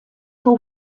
fou